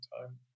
time